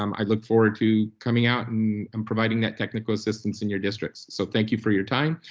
um i look forward to coming out and um providing that technical assistance in your districts. so thank you for your time.